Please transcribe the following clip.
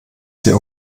sie